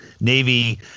Navy